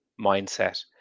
mindset